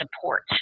support